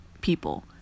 people